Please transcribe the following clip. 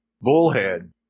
bullhead